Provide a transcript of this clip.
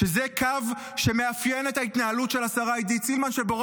שזה קו שמאפיין את ההתנהלות של השרה עידית סילמן -- שלא טרחה לבוא.